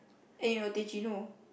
and your teh cino